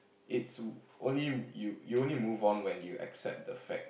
it's only you you only move on when you accept that fact